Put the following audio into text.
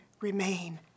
remain